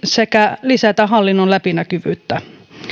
sekä lisätä hallinnon läpinäkyvyyttä